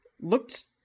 looked